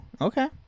okay